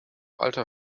alter